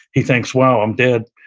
he thinks, wow, i'm dead.